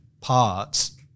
parts